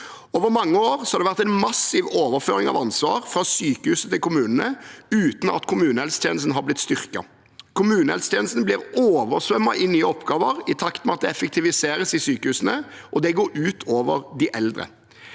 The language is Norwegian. Over mange år har det vært en massiv overføring av ansvar fra sykehusene til kommunene, uten at kommunehelsetjenesten har blitt styrket. Kommunehelsetjenesten blir oversvømt av nye oppgaver i takt med at det effektiviseres i sykehusene, og det går ut over de eldre.